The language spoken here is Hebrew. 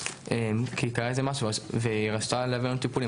כי קרה משהו והיא רצתה להביא לנו טיפולים,